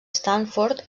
stanford